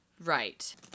Right